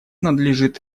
надлежит